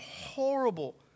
horrible